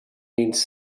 means